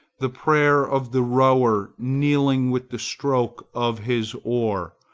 the prayer of the rower kneeling with the stroke of his oar,